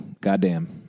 Goddamn